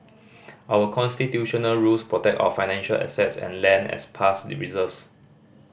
our constitutional rules protect our financial assets and land as past reserves